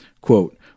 quote